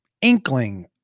inkling